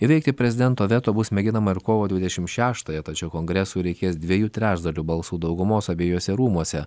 įveikti prezidento veto bus mėginama ir kovo dvidešim šeštąją tačiau kongresui reikės dviejų trečdalių balsų daugumos abejuose rūmuose